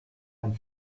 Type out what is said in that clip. ein